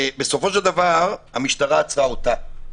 ובסופו של דבר המשטרה עצרה אותה.